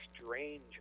strange